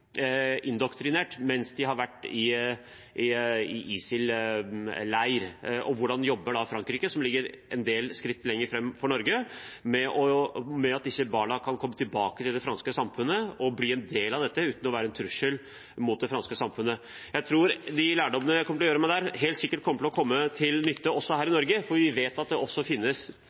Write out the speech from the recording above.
indoktrinert mens de har vært i ISIL-leir. Hvordan jobber da Frankrike, som ligger en del skritt foran Norge, med å få disse barna tilbake til det franske samfunnet og bli en del av det uten å være en trussel mot det franske samfunnet? Jeg tror den lærdommen jeg kommer til å få der, helt sikkert vil komme til nytte også her i Norge, for vi vet at det også finnes